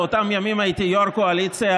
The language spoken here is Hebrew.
באותם ימים הייתי יו"ר קואליציה,